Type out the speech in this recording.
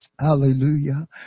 Hallelujah